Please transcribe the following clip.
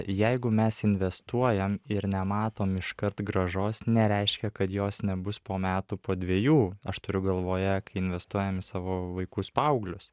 jeigu mes investuojam ir nematom iškart grąžos nereiškia kad jos nebus po metų po dviejų aš turiu galvoje kai investuojam į savo vaikus paauglius